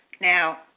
Now